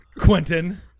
Quentin